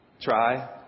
Try